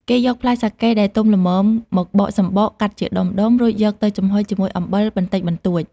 គេយកផ្លែសាកេដែលទុំល្មម មកបកសំបក កាត់ជាដុំៗ រួចយកទៅចំហុយជាមួយអំបិលបន្តិចបន្តួច។